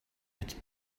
but